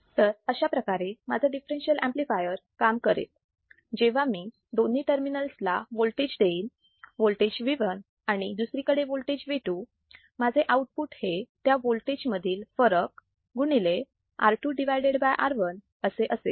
तर अशाप्रकारे माझा दिफ्फेरेन्शियल ऍम्प्लिफायर काम करेल जेव्हा मी दोन्ही टर्मिनल ला वोल्टेज देईन वोल्टेज v1 आणि दुसरीकडे वोल्टेज v2 माझे आउटपुट हे त्या वोल्टेज मधील फरक गुणिले R2 R1 असे असेल